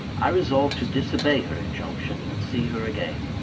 i resolved to disobey her injunction, and see her again.